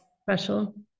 Special